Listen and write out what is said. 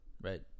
right